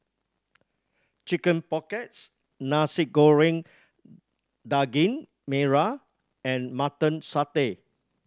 chicken pockets Nasi Goreng Daging Merah and Mutton Satay